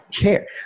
care